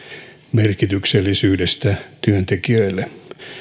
merkityksellisyydestä työntekijöille